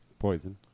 Poison